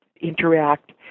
interact